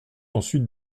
ensuite